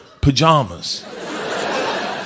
pajamas